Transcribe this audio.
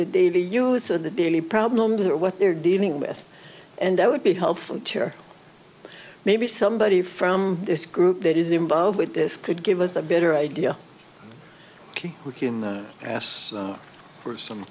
the daily use of the daily problems or what they're dealing with and that would be helpful to or maybe somebody from this group that is involved with this could give us a better idea we can ask for some